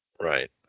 Right